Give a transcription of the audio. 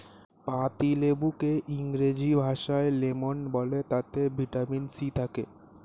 পাতিলেবুকে ইংরেজি ভাষায় লেমন বলে তাতে ভিটামিন সি থাকে